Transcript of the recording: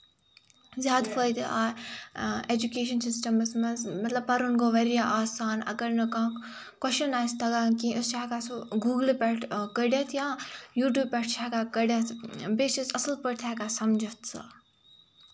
زیادٕ فٲیدٕ education systems منٛز مطلب پَرُن گوٚو واریاہ آسان اَگر نہٕ کانٛہہ کوشچن آسہِ تَگان کِہینۍ أسۍ چھِ ہیٚکان سُہ گوٗگلہٕ پٮ۪ٹھ کٔڑِتھ یا یوٗٹوٗب پٮ۪ٹھ چھِ ہیٚکان کٔڑِتھ بیٚیہِ چھِ أسۍ اَصٕل پٲٹھۍ تہِ ہیٚکان سَمجھتھ سُہ